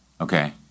Okay